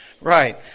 Right